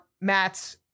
Matt's